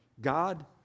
God